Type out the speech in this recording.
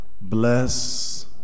bless